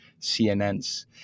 CNNs